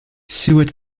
seward